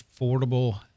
affordable